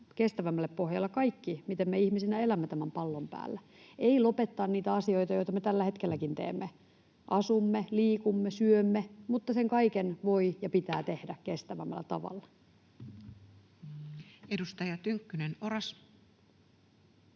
kestävämmälle pohjalle kaikki, miten me ihmisinä elämme tämän pallon päällä, ei lopettaa niitä asioita, joita me tällä hetkelläkin teemme — asumme, liikumme syömme — mutta sen kaiken voi ja se pitää tehdä kestävämmällä tavalla. [Speech 196] Speaker: